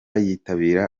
yitabira